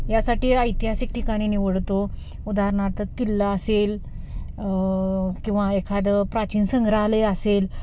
यासाठी ऐतिहासिक ठिकाणे निवडतो उदाहरणार्थ किल्ला असेल किंवा एखादं प्राचीन संग्रहालय असेल